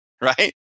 right